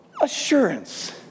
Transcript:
assurance